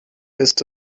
ist